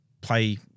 play –